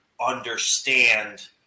understand